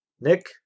Nick